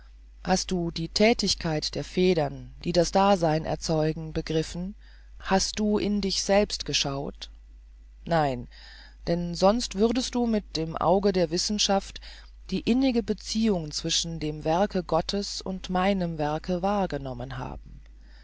hast du die thätigkeit der federn die das dasein erzeugen begriffen hast du in dich selbst geschaut nein denn sonst würdest du mit dem auge der wissenschaft die innige beziehung zwischen dem werke gottes und meinem werke wahrgenommen haben